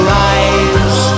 rise